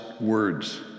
words